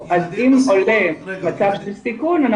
אז אם עולה מצב של סיכון,